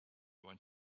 want